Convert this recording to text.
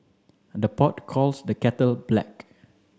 the pot calls the kettle black